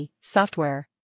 software